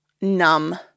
numb